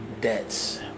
debts